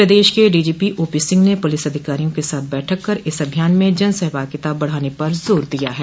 प्रदेश के DGP OP Singh ने police अधिकारियों के साथ बैठक कर इस अभियान में जनसहभागिता बढ़ाने पर जोर दिया है